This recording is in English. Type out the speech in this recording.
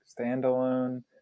standalone